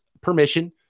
permission